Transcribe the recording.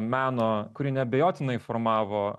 meno kuri neabejotinai formavo